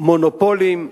מונופולים,